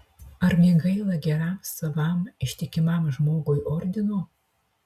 argi gaila geram savam ištikimam žmogui ordino